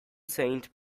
saint